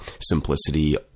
simplicity